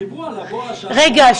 רגע.